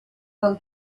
del